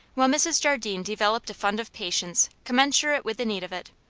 while mrs. jardine developed a fund of patience commensurate with the need of it.